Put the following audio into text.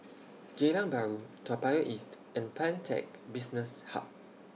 Geylang Bahru Toa Payoh East and Pantech Business Hub